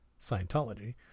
Scientology